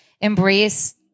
embrace